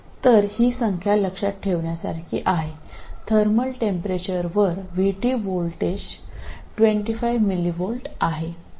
तर ही संख्या लक्षात ठेवण्यासारखी आहे थर्मल टेंपरेचरवर Vt व्होल्टेज 25 mv आहे